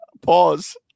pause